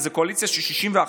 וזו קואליציה של 61,